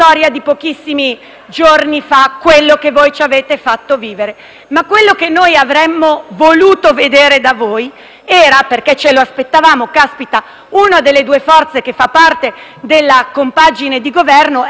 giorni fa quello che voi ci avete fatto vivere. Altro, però, era quello che noi avremmo voluto vedere da voi, perché ce lo aspettavamo dal momento che una delle due forze che fanno parte della compagine di Governo è quella che anni fa